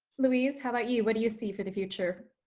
louise, how about you? what do you see for the future?